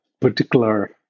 particular